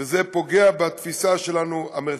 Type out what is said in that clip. וזה פוגע בתפיסה שלנו, המרחבית.